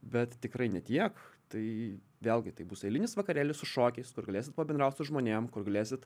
bet tikrai ne tiek tai vėlgi tai bus eilinis vakarėlis su šokiais kur galėsit pabendraut su žmonėm kur galėsit